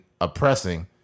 oppressing